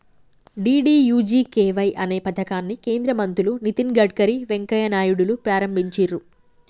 DDUGKY అనే పథకాన్ని కేంద్ర మంత్రులు నితిన్ గడ్కరీ, వెంకయ్య నాయుడులు ప్రారంభించిర్రు